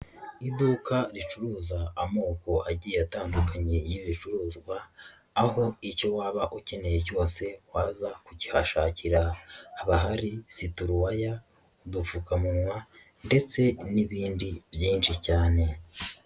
Iduka ricuruza amoko agiye atandukanye y'ibicuruzwa, aho icyo waba ukeneye cyose waza kukihashakira, haba hari situruwaya ,udupfukamuwa ndetse n'ibindi byinshi cyane.